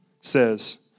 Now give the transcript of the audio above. says